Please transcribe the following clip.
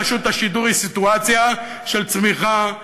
רשות השידור היא סיטואציה של צמיחה,